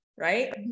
right